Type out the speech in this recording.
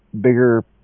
bigger